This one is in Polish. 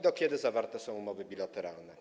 Do kiedy zawarte są umowy bilateralne?